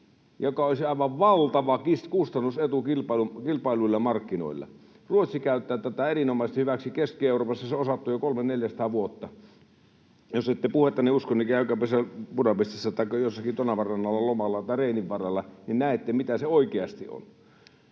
joka olisi aivan valtava kustannusetu kilpailuilla markkinoilla. Ruotsi käyttää tätä erinomaisesti hyväksi, Keski-Euroopassa se on osattu jo 300—400 vuotta. Jos ette puhettani usko, niin käykääpä siellä Budapestissa tai jossakin Tonavan rannalla lomalla tai Reinin varrella, niin näette, mitä se oikeasti on.